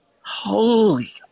Holy